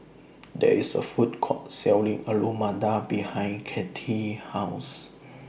There IS A Food Court Selling Alu Matar behind Cathy's House